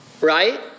right